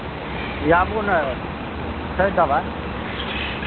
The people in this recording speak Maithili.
आबू ने छै दबाइ